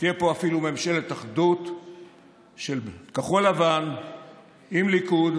תהיה פה אפילו ממשלת אחדות של כחול לבן עם הליכוד,